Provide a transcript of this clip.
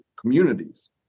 communities